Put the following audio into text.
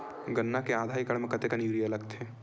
गन्ना के आधा एकड़ म कतेकन यूरिया लगथे?